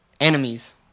enemies